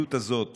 המדיניות הזאת